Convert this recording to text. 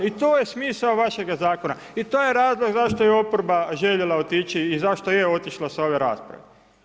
I to je smisao vašega Zakona, i to je razlog zašto je oporba željela otići i zašto je otišla sa ove rasprave.